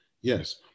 Yes